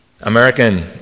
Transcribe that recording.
American